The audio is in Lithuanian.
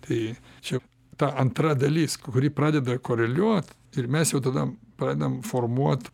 tai čia ta antra dalis kuri pradeda koreliuot ir mes jau tada pradedam formuot